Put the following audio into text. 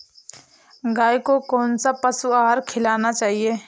गाय को कौन सा पशु आहार खिलाना चाहिए?